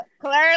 clearly